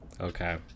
Okay